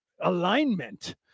alignment